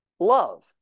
love